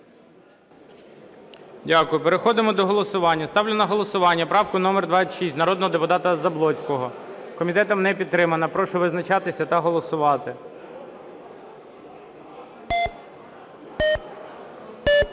Дякую. Переходимо до голосування. Ставлю на голосування правку номер 26 народного депутата Заблоцького. Комітетом не підтримана. Прошу визначатися та голосувати.